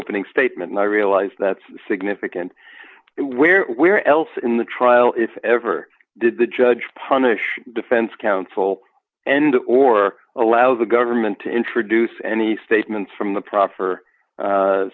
opening statement and i realize that's significant where where else in the trial if ever did the judge punish defense counsel and or allow the government to introduce any statements from the proffer